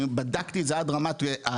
אני בדקתי את זה עד רמת הדירות,